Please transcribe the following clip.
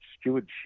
Stewardship